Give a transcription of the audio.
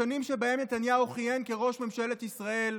השנים שבהן נתניהו כיהן כראש ממשלת ישראל,